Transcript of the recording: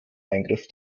eingriff